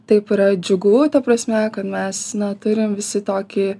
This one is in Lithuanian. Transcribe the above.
taip yra džiugu ta prasme kad mes na turim visi tokį